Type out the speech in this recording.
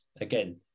again